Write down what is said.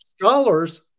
scholars